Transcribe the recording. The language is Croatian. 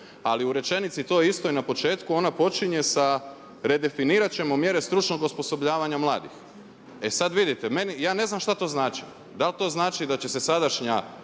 Ali u rečenici toj istoj na početku, ona počinje sa redefinirati ćemo mjere stručnog osposobljavanja mladih. E sada vidite, ja ne znam šta to znači, da li to znači da će se sadašnja